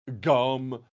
Gum